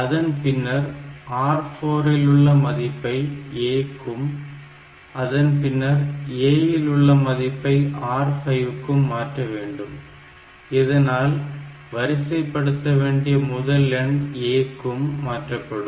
அதன் பின்னர் R4 இல் உள்ள மதிப்பை A க்கும் அதன் பின்னர் A இல் உள்ள மதிப்பை R5 க்கும் மாற்ற வேண்டும் இதனால் வரிசைப்படுத்த வேண்டிய முதல் எண் A க்கு மாற்றப்படும்